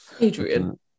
Adrian